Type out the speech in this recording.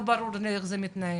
לא ברור לי איך זה מתנהל.